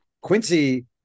Quincy